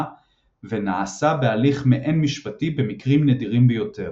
ונעשה בהליך מעין משפטי במקרים נדירים ביותר.